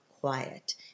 quiet